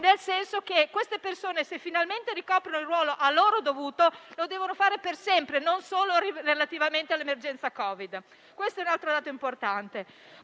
ha senso. Se queste persone finalmente ricoprono il ruolo a loro dovuto, lo devono fare per sempre e non solo relativamente all'emergenza Covid; questo è un altro dato importante.